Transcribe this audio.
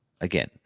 again